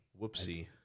whoopsie